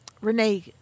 Renee